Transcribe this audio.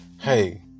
hey